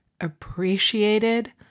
appreciated